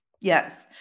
Yes